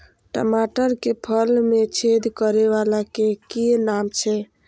टमाटर के फल में छेद करै वाला के कि नाम छै?